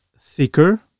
thicker